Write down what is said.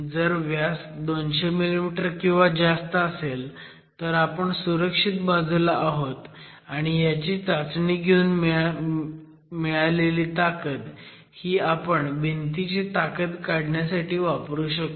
जर व्यास 200 मिमी किंवा जास्त असेल तर आपण सुरक्षित बाजूला आहोत आणि ह्याची चाचणी घेऊन मिळालेली ताकद ही आपण भिंतीची ताकद काढण्यासाठी वापरू शकतो